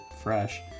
fresh